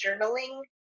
journaling